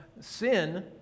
sin